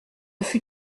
fut